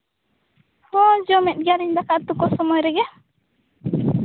ᱦᱳᱭ ᱡᱚᱢᱮᱫ ᱜᱮᱭᱟᱞᱤᱧ ᱫᱟᱠᱟ ᱩᱛᱩ ᱠᱚ ᱥᱚᱢᱚᱭ ᱨᱮᱜᱮ